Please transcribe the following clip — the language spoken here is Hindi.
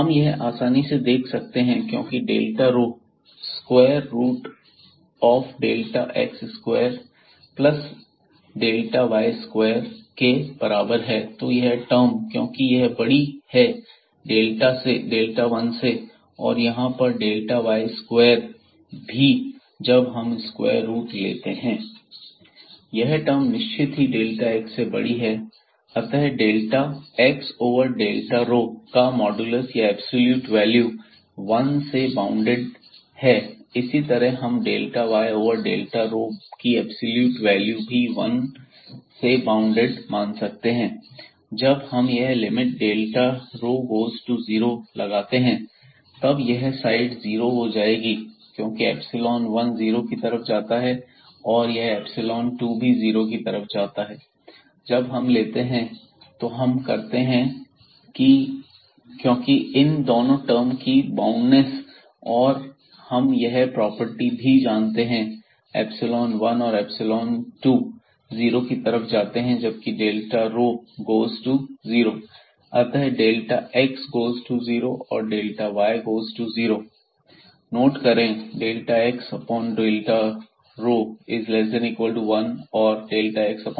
हम यह आसानी से देख सकते हैं क्योंकि delta rho square root delta x square plus delta y square के बराबर है तो यह टर्म क्योंकि यह बड़ी है डेल्टा1 से और यहां पर डेल्टा y स्क्वायर भी जब हम स्क्वायर रूट लेते हैं यह टर्म निश्चित ही डेल्टा x से बड़ी है अतः delta x over delta rho का मोडिलुस या एब्सॉल्यूट वैल्यू 1 से बॉउंडेड इसी तरह इस डेल्टा y ओवर डेल्टा रोकी एब्सॉल्यूट वैल्यू भी 1 बॉउंडेड है जब हम यह लिमिट डेल्टा रोगोज़ टू 0 लगाते हैं तब यह साइड जीरो हो जाएगी क्योंकि इप्सिलोन 1 0 की तरफ जाता है और यह इप्सिलोन 2 भी जीरो की तरफ जाता है जब हम लेते हैं तो हम करते हैं क्योंकि इन दोनों टर्म की बाउंडनेस और हम यह प्रॉपर्टी भी जानते हैं इप्सिलोन वन और इप्सिलोन दो ज़ीरो की तरफ जाते हैं जबकि डेल्टा रोगोज़ टू जीरो अर्थात delta x goes to zero और डेल्टा y गोज़ टू 0